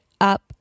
up